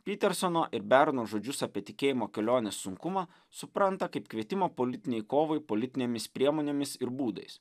pitersono ir berno žodžius apie tikėjimo kelionės sunkumą supranta kaip kvietimą politinei kovai politinėmis priemonėmis ir būdais